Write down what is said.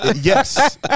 Yes